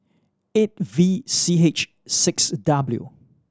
eight V C H six W